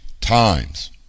times